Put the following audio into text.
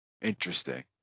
Interesting